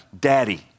daddy